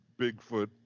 Bigfoot